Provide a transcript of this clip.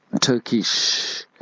Turkish